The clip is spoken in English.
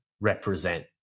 represent